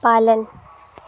पालन